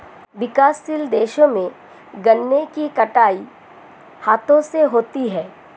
विकासशील देशों में गन्ने की कटाई हाथों से होती है